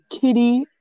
Kitty